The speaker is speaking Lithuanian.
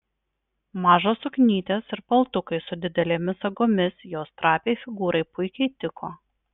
mažos suknytės ir paltukai su didelėmis sagomis jos trapiai figūrai puikiai tiko